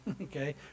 okay